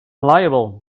liable